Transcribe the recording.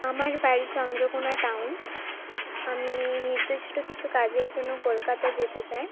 আমার বাড়ি চন্দ্রকোনা টাউন আমি নির্দিষ্ট কিছু কাজের জন্য কলকাতায় যেতে চাই